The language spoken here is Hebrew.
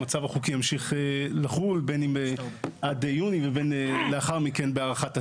המצב החוקי ימשיך לחול בין אם עד יוני ובין אם לאחר מכך בהארכת הצו.